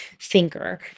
thinker